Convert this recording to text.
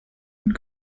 und